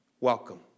Welcome